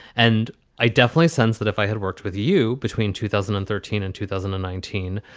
and i definitely sense that if i had worked with you between two thousand and thirteen and two thousand and nineteen,